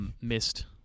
missed